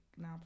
now